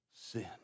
sin